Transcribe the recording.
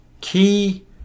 key